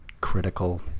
critical